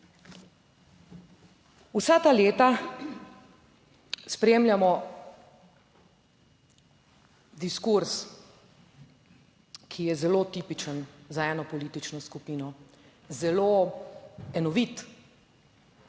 Vsa ta leta spremljamo diskurz, ki je zelo tipičen za eno politično skupino, zelo enovit.